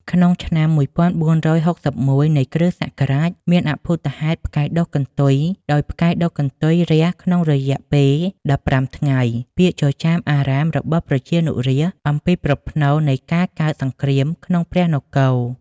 ក្នុងឆ្នាំ ១៤៦១ នៃគ.សករាជ មានអភូតហេតុផ្កាយដុះកន្ទុយដោយផ្កាយដុះកន្ទុយរះក្នុងរយៈពេល ១៥ថ្ងៃ ពាក្យចចាមអារ៉ាមរបស់ប្រជានុរាស្ត្រអំពីប្រផ្នូលនៃការកើតសង្គ្រាមក្នុងព្រះនគរ។